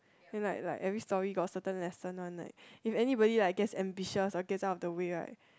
you know like like every story got certain lesson one leh if anybody like gets ambitious or get out of the way right